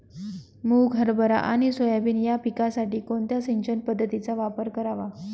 मुग, हरभरा आणि सोयाबीन या पिकासाठी कोणत्या सिंचन पद्धतीचा वापर करावा?